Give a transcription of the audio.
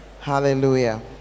Hallelujah